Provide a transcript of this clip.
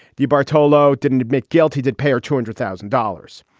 debartolo didn't admit guilty, did pay her two hundred thousand dollars.